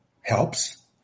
helps